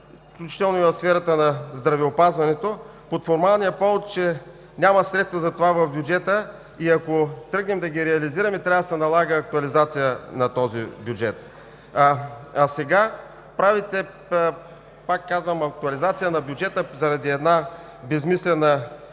включително и в сферата на здравеопазването, под формалния повод, че няма средства за това в бюджета и ако тръгнем да ги реализираме, трябва да се налага актуализация на този бюджет? А сега правите, пак казвам, актуализация на бюджета заради една безсмислена покупка.